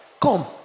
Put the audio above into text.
come